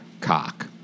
Cock